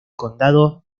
condado